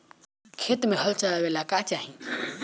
खेत मे हल चलावेला का चाही?